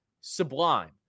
sublime